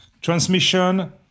Transmission